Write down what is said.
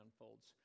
unfolds